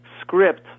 script